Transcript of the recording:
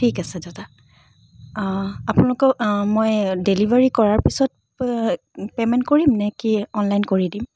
ঠিক আছে দাদা আপোনালোকৰ মই ডেলিভাৰী কৰাৰ পিছত পে'মেণ্ট কৰিম নে কি অনলাইন কৰি দিম